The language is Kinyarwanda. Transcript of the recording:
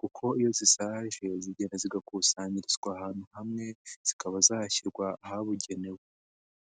kuko iyo zisaje zigera zigakusanyirizwa ahantu hamwe, zikaba zahashyirwa ahabugenewe.